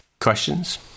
Questions